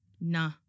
Nah